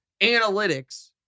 analytics